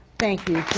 thank you